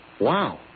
Wow